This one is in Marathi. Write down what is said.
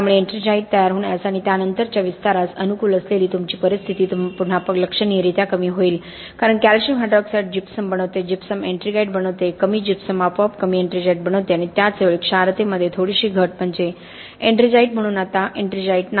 त्यामुळे एट्रिंगाइट तयार होण्यास आणि त्यानंतरच्या विस्तारास अनुकूल असलेली तुमची परिस्थिती पुन्हा लक्षणीयरीत्या कमी होईल कारण कॅल्शियम हायड्रॉक्साईड जिप्सम बनवते जिप्सम एट्रिंगाइट बनवते कमी जिप्सम आपोआप कमी एट्रिंजाइट बनवते आणि त्याच वेळी क्षारतेमध्ये थोडीशी घट म्हणजे एट्रिंगाइट म्हणून आता एट्रिंगाइट नाही